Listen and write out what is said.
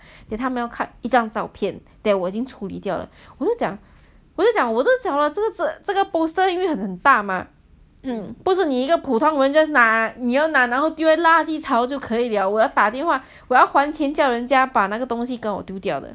then 他们要看一张照片 that 我已经处理掉了我就讲我就讲我都讲了这个 poster 因为很大 mah 不是你一个普通人家拿你要拿你要丢在垃圾槽就可以了我要打电话我要还钱叫人家把那个东西跟我丢掉的